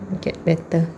you get better